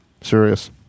Serious